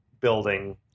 building